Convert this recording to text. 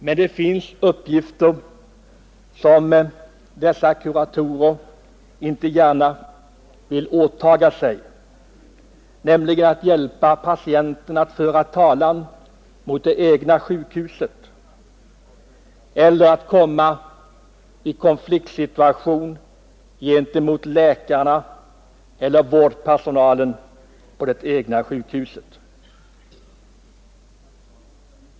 Men det finns uppgifter som dessa kuratorer inte gärna vill åtaga sig, exempelvis att hjälpa patienten att föra talan mot det egna sjukhuset och därmed komma i konfliktsituation gentemot läkarna eller vårdpersonalen på det egna sjukhuset.